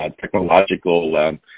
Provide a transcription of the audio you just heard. technological